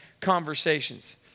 conversations